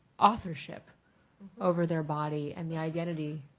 authorship over their body and the identity